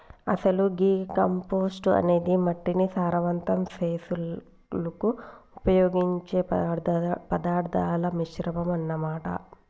అసలు గీ కంపోస్టు అనేది మట్టిని సారవంతం సెసులుకు ఉపయోగించే పదార్థాల మిశ్రమం అన్న మాట